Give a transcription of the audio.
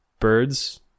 birds